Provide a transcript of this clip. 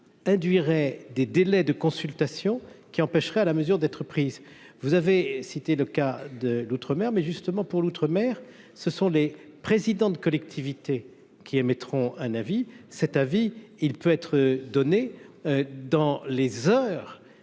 induirait des délais de consultation qui empêcherait à la mesure d'être prise, vous avez cité le cas de l'outre-mer, mais justement pour l'outre-mer, ce sont les présidents de collectivités qui émettront un avis cet avis, il peut être donné dans les heures